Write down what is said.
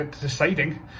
deciding